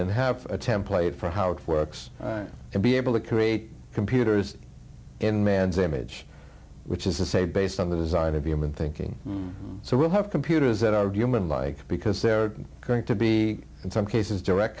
and have a template for how it works and be able to create computers in man's image which is to say based on the design of human thinking so we'll have computers that are human like because they're going to be in some cases direct